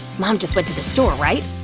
mom just went to the store, right?